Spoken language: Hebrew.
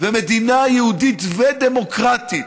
ומדינה יהודית ודמוקרטית,